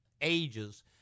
ages